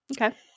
Okay